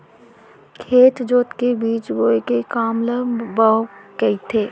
खेत जोत के बीज बोए के काम ल बाउक कथें